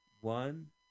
one